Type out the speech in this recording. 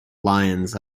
lions